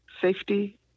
safety